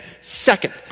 Second